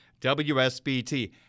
WSBT